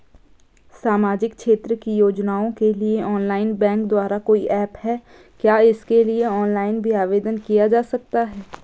सामाजिक क्षेत्र की योजनाओं के लिए ऑनलाइन बैंक द्वारा कोई ऐप है क्या इसके लिए ऑनलाइन भी आवेदन किया जा सकता है?